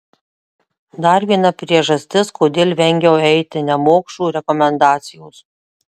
dar viena priežastis kodėl vengiau eiti nemokšų rekomendacijos